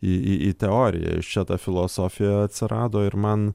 į į teoriją ir čia ta filosofija atsirado ir man